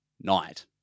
night